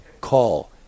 call